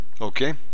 okay